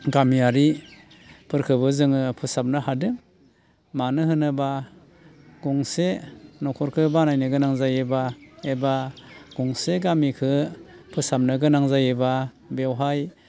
गामियारिफोरखोबो जोङो फोसाबनो हादों मानो होनोब्ला गंसे न'खरखो बानायनोगोनां जायोब्ला एबा गंसे गामिखो फोसाबनो गोनां जायोब्ला बेवहाय